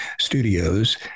Studios